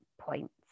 points